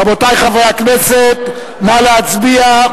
רבותי חברי הכנסת, נא להצביע.